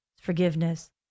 forgiveness